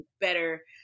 better